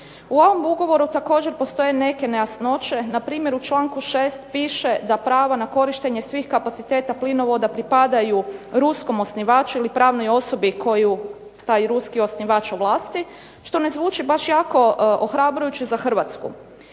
U ovom ugovoru također postoje neke nejasnoće. Npr. u članku 6. piše da pravo na korištenje svih kapaciteta plinovoda pripadaju ruskom osnivaču ili pravnoj osobi koju taj ruski osnivač ovlasti što ne zvuči baš jako ohrabrujuće za Hrvatsku.